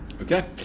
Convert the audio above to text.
Okay